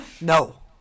No